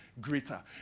greater